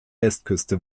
westküste